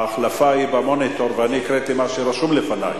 ההחלפה היא במוניטור ואני הקראתי את מה שרשום לפני.